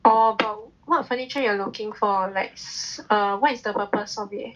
oh but what furniture you are looking for like err what is the purpose of it